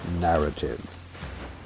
narrative